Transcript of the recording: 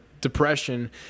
depression